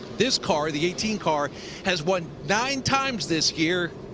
this car, the eighteen car has won nine times this year.